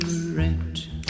rent